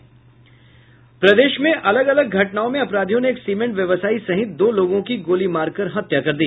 प्रदेश में अलग अलग घटनाओं में अपराधियों ने एक सीमेंट व्यवसायी सहित दो लोगों की गोली मारकर हत्या कर दी